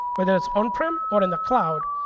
whether it's on-prem or in the cloud.